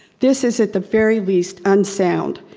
this is at the very least unsound,